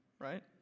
right